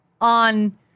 on